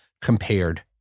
compared